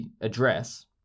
address